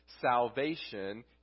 Salvation